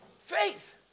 faith